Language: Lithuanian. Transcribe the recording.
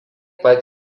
pat